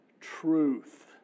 truth